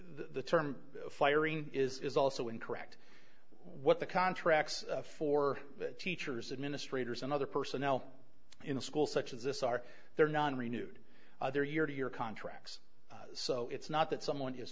the term firing is also incorrect what the contracts for teachers administrators and other personnel in a school such as this are there non renewed other year to year contracts so it's not that someone is